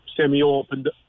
semi-opened